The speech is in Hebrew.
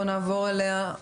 נעבור אליה.